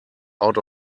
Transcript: out